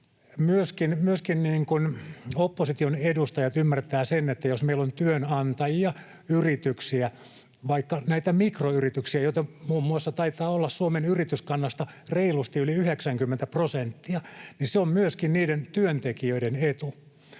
myöskin opposition edustajat ymmärtävät sen, että jos meillä on työnantajia, yrityksiä, vaikka näitä mikroyrityksiä, joita taitaa olla Suomen yrityskannasta reilusti yli 90 prosenttia, niin se on myöskin niiden työntekijöiden etu.